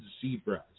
zebras